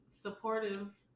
supportive